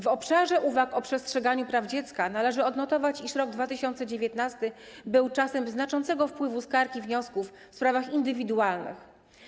W obszarze uwag o przestrzeganiu praw dziecka należy odnotować, iż rok 2019 był czasem znaczącego wpływu skarg i wniosków w sprawach indywidualnych.